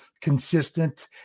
consistent